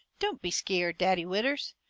don't be skeered, daddy withers,